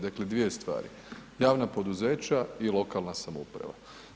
Dakle, dvije stvari, javna poduzeća i lokalna samouprava.